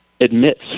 admits